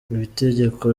itegeko